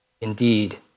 Indeed